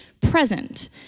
present